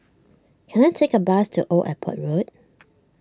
can I take a bus to Old Airport Road